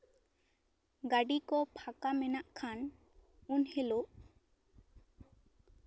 ᱜᱟᱹᱰᱤ ᱠᱚ ᱯᱷᱟᱠᱟ ᱢᱮᱱᱟᱜ ᱠᱷᱟᱱ ᱩᱱ ᱦᱤᱞᱳᱜ